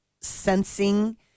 sensing